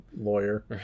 lawyer